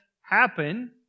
happen